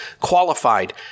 qualified